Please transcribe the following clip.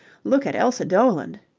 look at elsa doland.